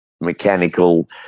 mechanical